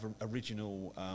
original